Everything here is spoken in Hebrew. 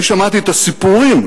אני שמעתי את הסיפורים